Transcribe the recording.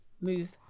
Move